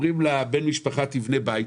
אומרים לבן משפחה, תיבנה בית.